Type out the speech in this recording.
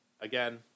Again